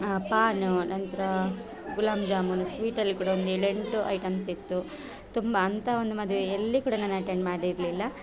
PAN ನಂತರ ಗುಲಾಬ್ ಜಾಮೂನ್ ಸ್ವೀಟಲ್ಲಿ ಕೂಡ ಒಂದು ಏಳೆಂಟು ಐಟಮ್ಸ್ ಇತ್ತು ತುಂಬ ಅಂಥ ಒಂದು ಮದುವೆ ಎಲ್ಲಿ ಕೂಡ ನಾನು ಅಟೆಂಡ್ ಮಾಡಿರಲಿಲ್ಲ